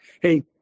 Hey